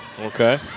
Okay